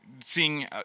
Seeing